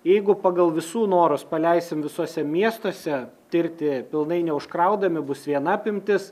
jeigu pagal visų norus paleisim visuose miestuose tirti pilnai neužkraudami bus viena apimtis